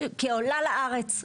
כעולה לארץ,